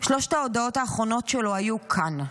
שלוש ההודעות האחרונות שלו היו "כאן".